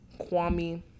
Kwame